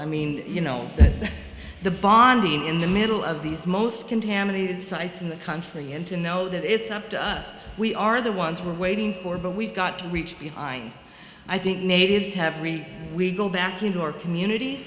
i mean you know the bonding in the middle of these most contaminated sites in the country and to know that it's up to us we are the ones we're waiting more but we've got to reach i i think natives have every we go back into our communit